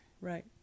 Right